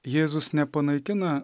jėzus nepanaikina